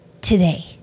today